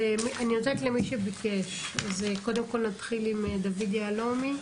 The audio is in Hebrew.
נתחיל עם מי שביקש, קודם כול נתחיל עם דוד יהלומי.